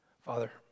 Father